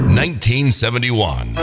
1971